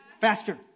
Faster